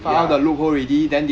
ya